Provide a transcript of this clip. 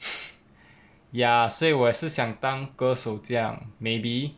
ya 所以我也是想当歌手这样 maybe